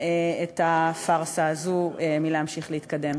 את הפארסה הזו מלהמשיך להתקדם.